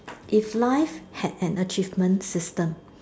if life had an achievement system